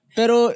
pero